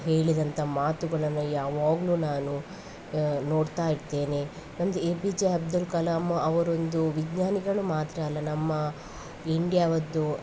ಹೇಳಿದಂಥ ಮಾತುಗಳನ್ನು ಯಾವಾಗಲು ನಾನು ನೋಡ್ತಾ ಇರ್ತೇನೆ ನಮ್ದು A P J Abdul Kalam ಅವರೊಂದು ವಿಜ್ಞಾನಿಗಳು ಮಾತ್ರ ಅಲ್ಲ ನಮ್ಮ ಇಂಡಿಯಾದ್ದು